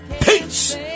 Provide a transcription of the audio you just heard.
Peace